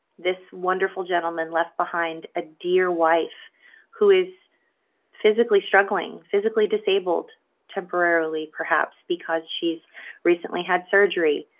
this wonderful gentleman left behind a dear wife who is physically struggling, physically disabled temporarily perhaps because she's recently had surgery.